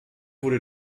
wurde